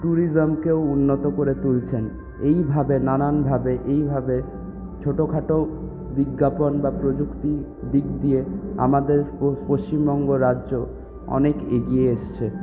ট্যুরিজমকেও উন্নত করে তুলছেন এইভাবে নানানভাবে এইভাবে ছোটোখাটো বিজ্ঞাপণ বা প্রযুক্তি দিক দিয়ে আমাদের পশ্চিমবঙ্গ রাজ্য অনেক এগিয়ে এসেছে